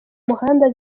muhanda